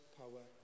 power